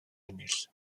ennill